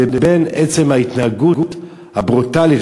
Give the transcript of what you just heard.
לבין עצם ההתנהגות הברוטלית,